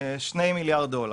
שני מיליארד דולר.